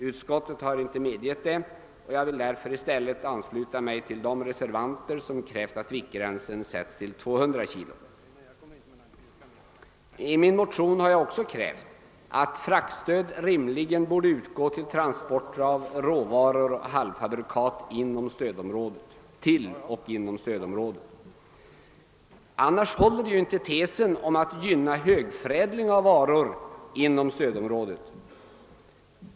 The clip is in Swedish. Utskottet har inte tillstyrkt detta, och jag vill därför i stället ansluta mig till de reservanter som krävt att viktgränsen sättes till 200 kg. I min motion har jag också krävt att fraktstöd rimligen borde utgå till transporter av råvaror och halvfabrikat till och inom stödområdet. Annars håller ju inte tesen om att gynna högförädling av varor inom stödområdet.